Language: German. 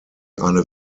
eine